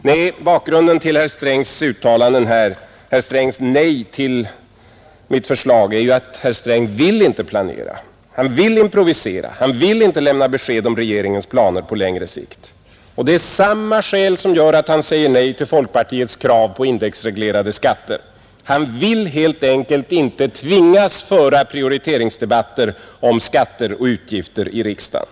Nej, bakgrunden till herr Strängs uttalanden här och hans nej till mitt förslag är att herr Sträng inte vill planera. Han vill improvisera, han vill inte lämna besked om regeringens planer på längre sikt. Och det är samma skäl som gör att han säger nej till folkpartiets krav på indexåeglerade skatter. Han vill helt enkelt inte tvingas föra prioriteringsdebatter om skatter och utgifter i riksdagen.